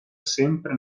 sempre